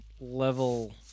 level